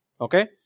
Okay